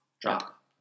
drop